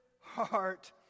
heart